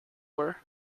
were